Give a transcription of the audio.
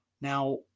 Now